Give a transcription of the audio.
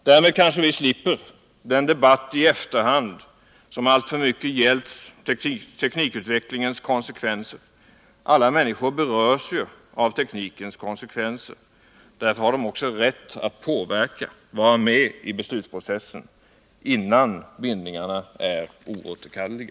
Därmed kanske vi slipper den debatt i efterhand som vi alltför ofta har haft om teknikutvecklingens konsekvenser. Alla människor berörs ju av teknikens konsekvenser. Därför har de också rätt att påverka, vara med i beslutsprocessen, innan bindningarna blir oåterkalleliga.